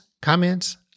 Comments